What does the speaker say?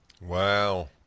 Wow